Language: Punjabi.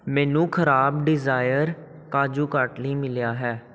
ਮੈਨੂੰ ਖ਼ਰਾਬ ਡਿਜ਼ਾਇਰ ਕਾਜੁ ਕਾਟਲੀ ਮਿਲਿਆ ਹੈ